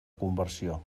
conversió